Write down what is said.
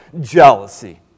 Jealousy